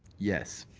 yes.